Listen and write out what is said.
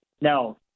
No